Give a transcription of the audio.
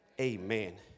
amen